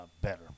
better